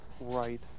right